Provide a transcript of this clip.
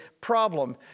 problem